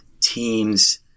teams